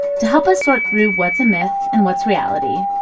to help us sort through what's a myth and what's reality,